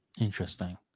interesting